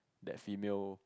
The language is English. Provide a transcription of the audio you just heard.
that female